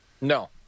No